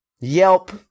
Yelp